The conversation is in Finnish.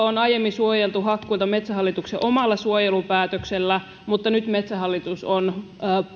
on aiemmin suojeltu hakkuilta metsähallituksen omalla suojelupäätöksellä mutta nyt metsähallitus on